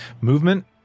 Movement